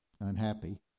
Unhappy